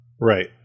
Right